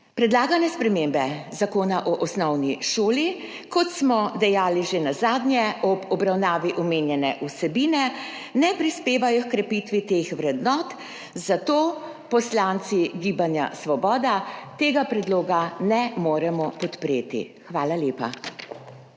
Predlagane spremembe Zakona o osnovni šoli, kot smo dejali že nazadnje ob obravnavi omenjene vsebine, ne prispevajo h krepitvi teh vrednot, zato poslanci Gibanja Svoboda tega predloga ne moremo podpreti. Hvala lepa.